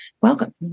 welcome